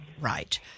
Right